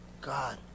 God